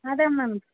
அதுதான் மேம்